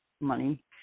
money